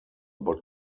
but